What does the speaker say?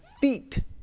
feet